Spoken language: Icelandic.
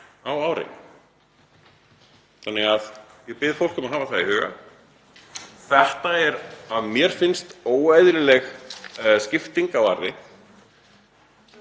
á ári. Ég bið fólk um að hafa það í huga. Þetta er, að mér finnst, óeðlileg skipting á arði.